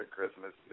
Christmas